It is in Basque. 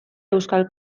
euskal